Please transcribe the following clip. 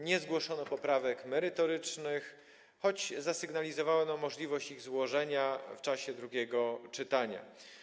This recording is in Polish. Nie zgłoszono poprawek merytorycznych, choć zasygnalizowano nam możliwość ich złożenia w czasie drugiego czytania.